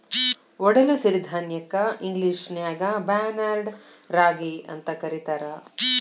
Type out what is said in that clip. ಒಡಲು ಸಿರಿಧಾನ್ಯಕ್ಕ ಇಂಗ್ಲೇಷನ್ಯಾಗ ಬಾರ್ನ್ಯಾರ್ಡ್ ರಾಗಿ ಅಂತ ಕರೇತಾರ